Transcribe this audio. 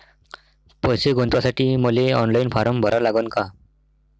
पैसे गुंतवासाठी मले ऑनलाईन फारम भरा लागन का?